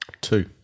Two